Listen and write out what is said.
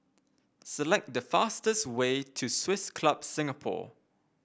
select the fastest way to Swiss Club Singapore